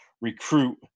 recruit